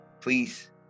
please